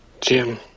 Jim